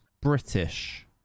British